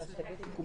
כן.